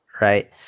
right